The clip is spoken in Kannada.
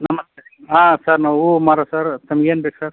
ನಮಸ್ತೆ ಹಾಂ ಸರ್ ನಾವು ಹೂ ಮಾರೋದು ಸರ್ ತಮ್ಗೇನು ಬೇಕು ಸರ್